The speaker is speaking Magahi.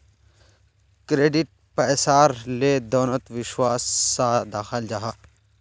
क्रेडिट पैसार लें देनोत विश्वास सा दखाल जाहा